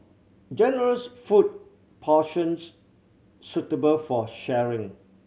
generous food portions suitable for sharing